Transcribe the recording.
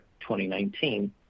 2019